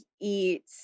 eat